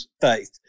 faith